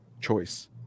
choice